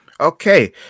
Okay